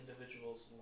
individual's